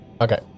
okay